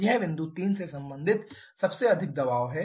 यह बिंदु 3 से संबंधित सबसे अधिक दबाव है